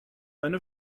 eine